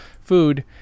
food